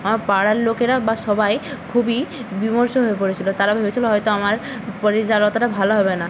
আমার পাড়ার লোকেরা বা সবাই খুবই বিমর্ষ হয়ে পড়েছিল তারা ভেবেছিল হয়তো আমার প রেজাল্ট অতটা ভালো হবে না